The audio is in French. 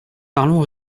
parlons